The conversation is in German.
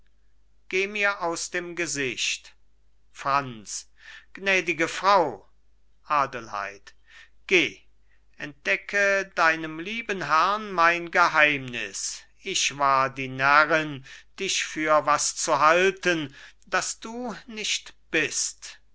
geh mir aus dem gesicht franz gnädige frau adelheid geh entdecke deinem lieben herrn mein geheimnis ich war die närrin dich für was zu halten das du nicht bist